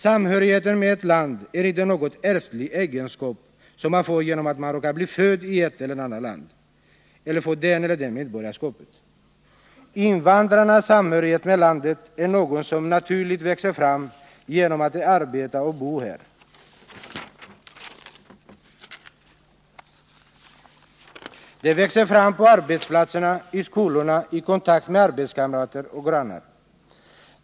Samhörigheten med ett land är inte någon ärftlig egenskap, som man får genom att man råkar vara född i ett eller annat land, eller att man får det eller det medborgarskapet. Invandrarnas samhörighet med landet är något som naturligt växer fram genom att de arbetar och bor här. Den växer fram på arbetsplatserna, i skolorna och i kontakt med arbetskamrater och grannar.